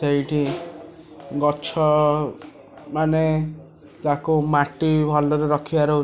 ସେଇଠି ଗଛମାନେ ତାକୁ ମାଟି ଭଲରେ ରଖିବାର ଉଚିତ